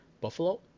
Buffalo